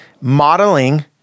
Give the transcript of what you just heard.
modeling